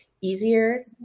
easier